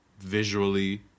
Visually